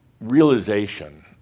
Realization